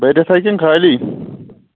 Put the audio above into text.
بٔرِتھ ہَہ کِن خٲلی